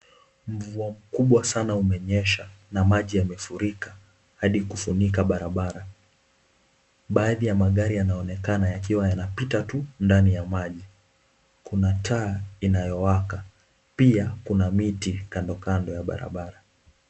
Mvua kubwa sana yamenyesha na maji yamefurika, hadi kufunika barabara. Baadhi ya magari nyanaonekana yakiwa yanapita tu ndani nya maji. Kuna taa inayowaka, pia kuna miti kando ya barabara.